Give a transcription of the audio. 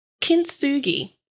Kintsugi